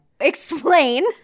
Explain